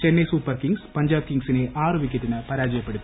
Chennai super kings Punjab കിംഗിസിനെ ആറ് വിക്കറ്റിന് പരാജയപ്പെടുത്തി